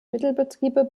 mittelbetriebe